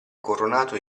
coronato